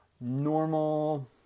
normal